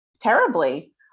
terribly